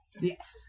Yes